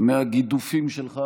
מהגידופים שלך